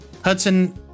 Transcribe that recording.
Hudson